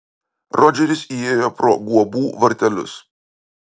rodžeris įėjo pro guobų vartelius